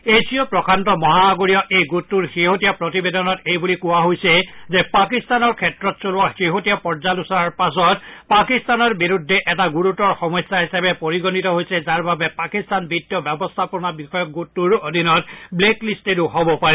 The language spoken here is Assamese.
এছীয় প্ৰশান্ত মহাসাগৰীয় এই গোটটোৰ শেহতীয়া প্ৰতিবেদনত এইবুলি কোৱা হৈছে যে পাকিস্তানৰ ক্ষেত্ৰত চলোৱা শেহতীয়া পৰ্যালোচনাৰ পাছত পাকিস্তানৰ বিৰুদ্ধে এটা গুৰুতৰ সমস্যা হিচাপে পৰিগণিত হৈছে যাৰ বাবে পাকিস্তান বিভীয় ব্যৱস্থাপনা বিষয়ক বিশেষ গোটটোৰ অধীনত ব্লেক লিষ্টেড হ'ব পাৰে